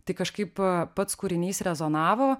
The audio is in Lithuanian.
tai kažkaip pats kūrinys rezonavo